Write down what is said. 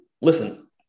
listen